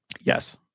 Yes